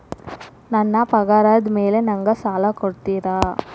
ನನ್ನ ಪಗಾರದ್ ಮೇಲೆ ನಂಗ ಸಾಲ ಕೊಡ್ತೇರಿ?